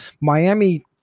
Miami